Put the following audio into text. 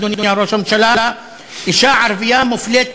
אדוני ראש הממשלה, אישה ערבייה מופלית פעמיים: